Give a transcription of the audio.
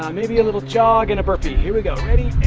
um maybe a little jog and a burpee. here we go. ready.